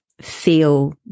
feel